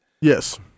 Yes